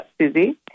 Susie